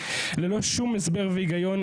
ללא שום הסבר והיגיון.